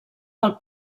del